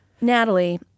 Natalie